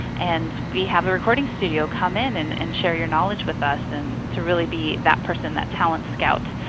and we have a recording studio. come in and and share your knowledge with us. and to really be that person, that talent scout.